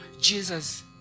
Jesus